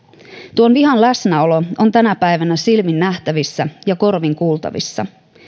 tuon vihan läsnäolo on tänä päivänä silmin nähtävissä ja korvin kuultavissa